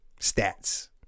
stats